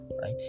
Right